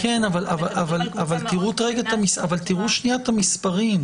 אבל תראו שנייה את המספרים.